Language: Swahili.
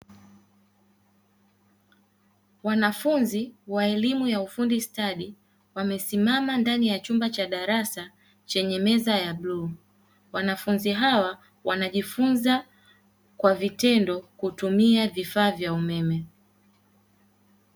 Wanafunzi wa elimu ya ufundi stadi wamesimama ndani ya chumba cha darasa chenye meza ya bluu, wanafunzi hawa wanajifunza kwa vitendo kutumia vifaa vya umeme.